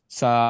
sa